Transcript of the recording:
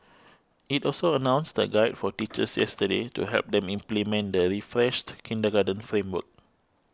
it also announced a guide for teachers yesterday to help them implement the refreshed kindergarten framework